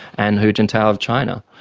and hu jintao of china,